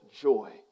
joy